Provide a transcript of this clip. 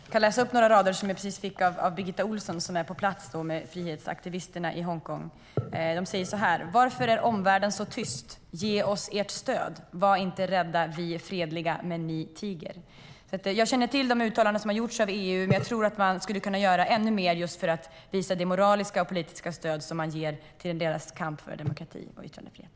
Herr talman! Jag kan läsa upp några rader som jag precis fick av Birgitta Ohlsson, som är på plats med frihetsaktivisterna i Hongkong. De säger så här: Varför är omvärlden så tyst? Ge oss ert stöd! Var inte rädda! Vi är fredliga. Men ni tiger. Jag känner till de uttalanden som har gjorts av EU. Men jag tror att man skulle kunna göra ännu mer för att visa det moraliska och politiska stöd som man ger till deras kamp för demokrati och yttrandefrihet.